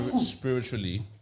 spiritually